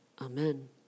Amen